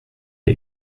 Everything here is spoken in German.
der